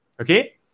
Okay